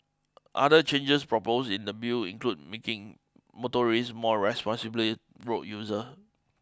other changes proposed in the Bill include making motorists more responsible road user